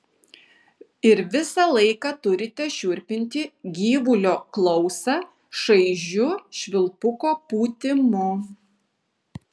ir visą laiką turite šiurpinti gyvulio klausą šaižiu švilpuko pūtimu